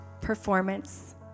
performance